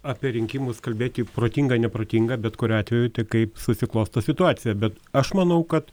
apie rinkimus kalbėti protinga neprotinga bet kuriuo atveju tai kaip susiklosto situacija bet aš manau kad